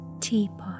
Teapot